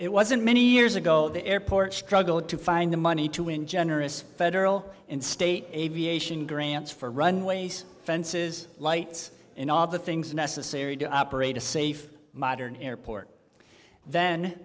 it wasn't many years ago the airport struggled to find the money to win generous federal and state aviation grants for runways fences lights and all the things necessary to operate a safe modern airport th